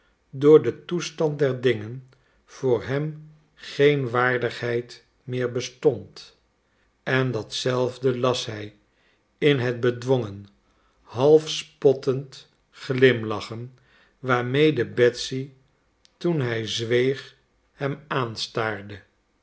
door den toestand der dingen voor hem geen waardigheid meer bestond en datzelfde las hij in het bedwongen half spottend glimlachen waarmede betsy toen hij zweeg hem aanstaarde